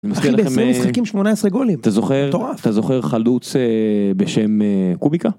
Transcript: מתחיל ב 20 משחקים, 18 גולים אתה זוכר (מטורף) אתה זוכר חלוץ בשם קוביקה?